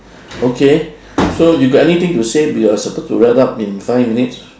okay so you got anything to say we are supposed to wrap up in five minutes